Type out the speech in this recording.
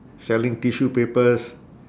selling tissue papers